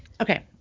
Okay